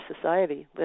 society